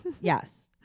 Yes